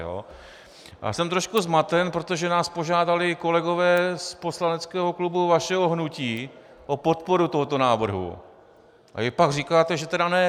Já jsem trochu zmaten, protože nás požádali kolegové z poslaneckého klubu vašeho hnutí o podporu tohoto návrhu, a vy pak říkáte, že tedy ne.